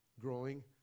growing